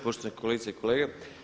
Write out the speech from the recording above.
Poštovane kolegice i kolege.